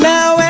Now